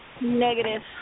negative